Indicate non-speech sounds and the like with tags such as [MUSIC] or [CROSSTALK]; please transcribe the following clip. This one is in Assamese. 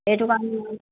এইটো [UNINTELLIGIBLE]